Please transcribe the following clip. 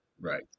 right